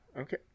Okay